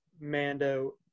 Mando